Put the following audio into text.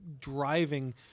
driving